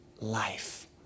life